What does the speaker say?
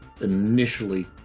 initially